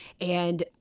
And-